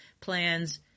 plans